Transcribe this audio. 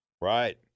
Right